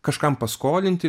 kažkam paskolinti